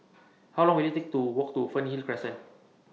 How Long Will IT Take to Walk to Fernhill Crescent